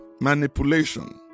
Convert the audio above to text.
manipulation